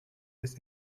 this